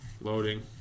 loading